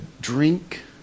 drink